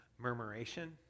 murmuration